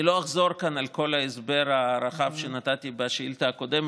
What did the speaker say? אני לא אחזור כאן על כל ההסבר הרחב שנתתי בשאילתה הקודמת,